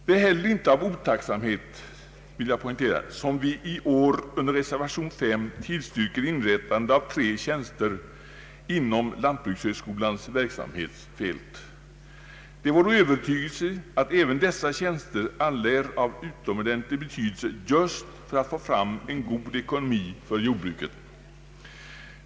Det är heller inte av otacksamhet som vi i år under reservationen vid den Anslag till lantbrukshögskolan na punkt tillstyrker inrättande av tre tjänster inom = Lantbrukshögskolans verksamhetsfält. Det är vår övertygelse att även dessa tjänster alla är av utomordentlig betydelse just för att få fram en god ekonomi för jordbruket.